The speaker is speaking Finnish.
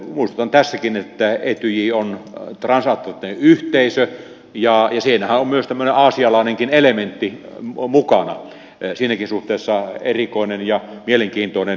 muistutan tässäkin että etyj on transatlanttinen yhteisö ja siinähän on myös tämmöinen aasialainen elementti mukana siinäkin suhteessa erikoinen ja mielenkiintoinen yhteisö